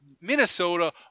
Minnesota